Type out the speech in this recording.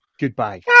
Goodbye